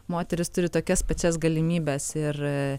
moteris turi tokias pačias galimybes ir